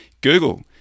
Google